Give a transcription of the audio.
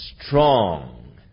strong